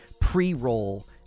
pre-roll